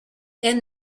and